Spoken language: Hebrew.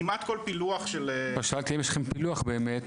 כמעט כל פילוח --- שאלתי אם יש לכם פילוח באמת,